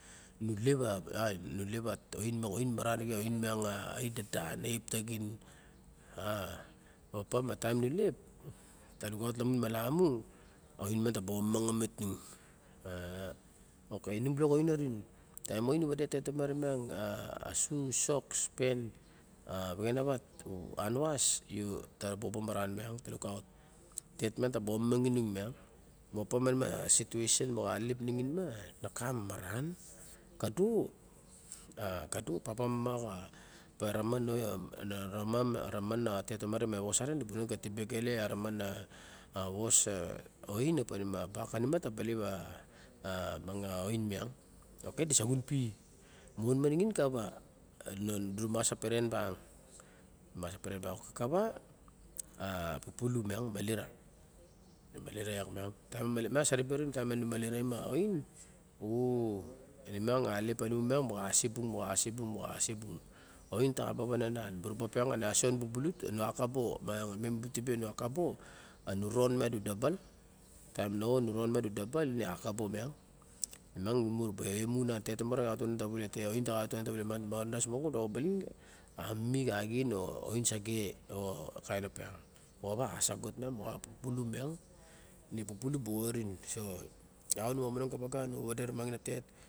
Nulep nulep a ain maran arixen a ain dadan lep tagin. Opa ma taim nulep, ta lukaut la mun malamu oin ta ba omamang omet nung. Okay inung balok a oin orin. taim oin nu wade a tet tomare miang a su sock, pen a vexen a vat o han wasuta baba maran miang lukaut. Tet miang ta ba omamang i nung miang. Opa manima situasen moxa alelep mi xin ma loka mararan. Kado a kado a papa mama xa pa ramam a raman a tet tomare ma was sare du bu nan ta wa tibe gale a ramana was ka oin opa manima a bak kanima taba lep a ma a oin miang ok di sa xun pi. Man manixing kava. A du ra mas peren bang mas peren bang o kakawa a pupulu miang malira, malira iak miang. Taim ma taim ma saribe ravinung taim nu maliraim a ain oo inemiang a alelep pa nung miang mo xa se bung moxa se o bung. Oin ta xa ba vananan. Muraba opiang a na sion bubulut nuakabo ba miang mi butibe nu a kabo, a nu ronmiang du dabol. Taim na hoh a nuron miang du dabal ine a nu a kobo miang. Miang imu mu ra ba emu nan tet tomare na xa yiot ta va u nan ta vale miang tawadas mon miang a mini xa axien o oin sa ge o kain o piang, moxawa a asa got miang moxa pupula miang. Ne pupulu bu orin. So taim nu monong kawaga nu wade rumangin a tet.